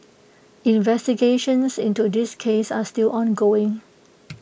investigations into this case are still ongoing